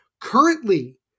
Currently